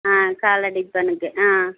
ஆ காலை டிஃபனுக்கு ஆ